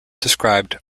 described